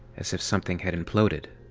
as if something had imploded.